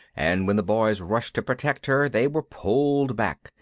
and when the boys rushed to protect her they were pulled back,